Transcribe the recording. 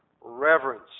reverence